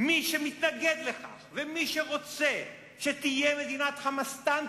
מי שמתנגד לכך ומי שרוצה שתהיה מדינת "חמאסטן",